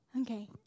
Okay